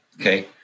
okay